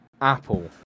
Apple